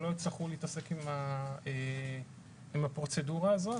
הם לא יצטרכו להתעסק עם הפרוצדורה הזאת